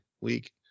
week